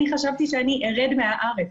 אני חשבתי שאני ארד מהארץ.